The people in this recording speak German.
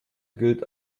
gilt